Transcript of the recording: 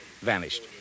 vanished